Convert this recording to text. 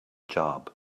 job